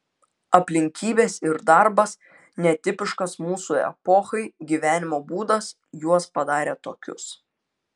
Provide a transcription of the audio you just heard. aplinkybės ir darbas netipiškas mūsų epochai gyvenimo būdas juos padarė tokius